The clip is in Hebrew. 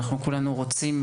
כולנו רוצים,